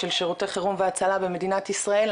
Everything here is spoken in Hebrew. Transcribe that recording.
של שירותי חירום והצלה במדינת ישראל,